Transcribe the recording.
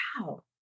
wow